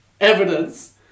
evidence